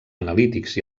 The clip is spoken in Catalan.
analítics